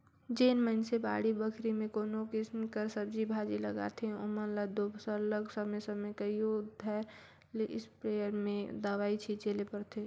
जेन मइनसे बाड़ी बखरी में कोनो किसिम कर सब्जी भाजी लगाथें ओमन ल दो सरलग समे समे कइयो धाएर ले इस्पेयर में दवई छींचे ले परथे